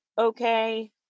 okay